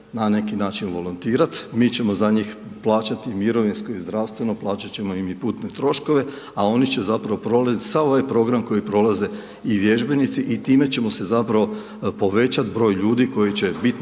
na neki način volontirat, mi ćemo za njih plaćati mirovinsko i zdravstveno, plaćati ćemo im i putne troškove, a oni će zapravo prolaziti sav ovaj program koji prolaze i vježbenici i time ćemo si zapravo povećati broj ljudi koji će biti